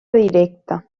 directa